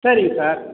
சரிங்க சார்